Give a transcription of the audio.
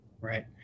right